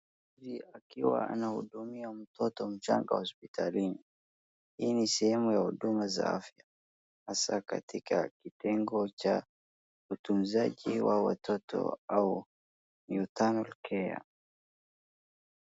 Akiwa anahudumia mtoto mchanga hospitalini. Hii ni sehemu ya huduma za afya, hasa katika kitengo cha utunzaji wa watoto au internal care .